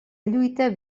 lluita